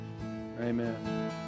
Amen